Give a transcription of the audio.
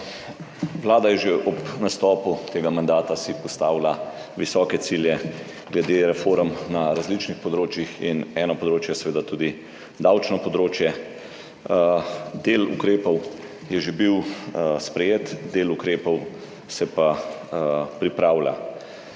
Vlada si je že ob nastopu tega mandata postavila visoke cilje glede reform na različnih področjih in eno področje je seveda tudi davčno področje. Del ukrepov je že bil sprejet, del ukrepov pa se pripravlja.